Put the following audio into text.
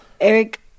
Eric